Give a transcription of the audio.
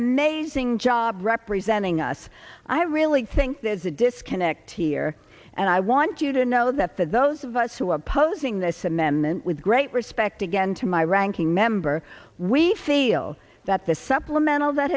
amazing job representing us i really think there's a disconnect here and i want you to know that for those of us who are opposing this amendment with great respect again to my ranking member we feel that the supplemental that